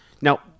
now